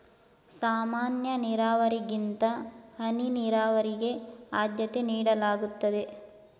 ಸಾಮಾನ್ಯ ನೀರಾವರಿಗಿಂತ ಹನಿ ನೀರಾವರಿಗೆ ಆದ್ಯತೆ ನೀಡಲಾಗುತ್ತದೆ